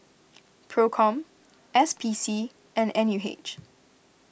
Procom S P C and N U H